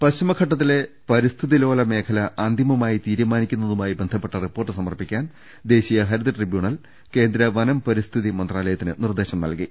പശ്ചിമഘട്ടത്തിലെ പരിസ്ഥിതിലോല മേഖല അന്തിമമായി തീരു മാനിക്കുന്നതുമായി ബന്ധപ്പെട്ട റിപ്പോർട്ട് സമർപ്പിക്കാൻ ദേശീയ ഹരിത ട്രിബ്യൂണൽ കേന്ദ്ര വനം പരിസ്ഥിതി മന്ത്രാലയത്തിന് നിർദേശം നൽകി